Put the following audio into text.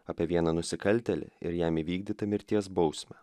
apie vieną nusikaltėlį ir jam įvykdytą mirties bausmę